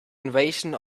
invasion